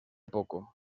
poco